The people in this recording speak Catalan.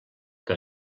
que